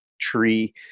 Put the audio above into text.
tree